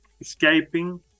escaping